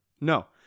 no